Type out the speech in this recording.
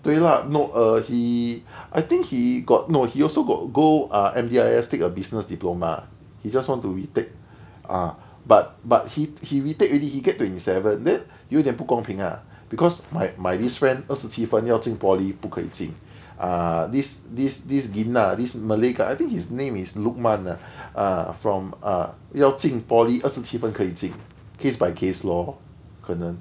对 lah no err he I think he got no he also got go ah M_D_I_S take a business diploma he just want to re-take ah but but he he re-take already he get twenty seven then 有点不公平 ah because my my this friend 二十七分要进 poly 不可以进 ah this this this gina this malay guy I think his name is lukman uh from ah 要进 poly 二十七分可以进 case by case lor 可能